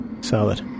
solid